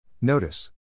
Notice